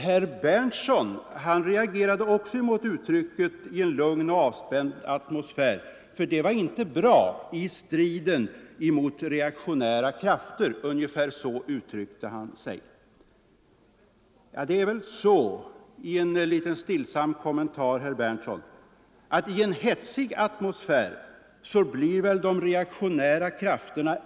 Torsdagen den 7 november 1974 tryckte han sig. Men det är väl så, herr Berndtson, att i en hetsig atmosfär blir de reaktionära krafterna ännu mer motsträviga och omöjliga. Herr Berndtson reagerade också mot uttrycket ”lugn och avspänd atmosfär”. Det var inte bra i striden mot reaktionära krafter.